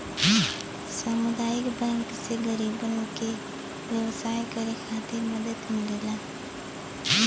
सामुदायिक बैंक से गरीबन के व्यवसाय करे खातिर मदद मिलेला